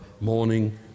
morning